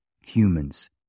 humans